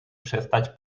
przestać